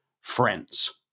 friends